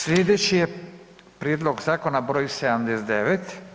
Sljedeći je prijedlog zakona broj 79.